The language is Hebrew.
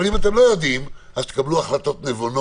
אבל אם אתם לא יודעים, אז תקבלו החלטות נבונות.